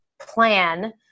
plan